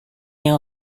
yang